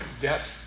depth